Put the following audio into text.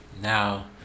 Now